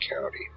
County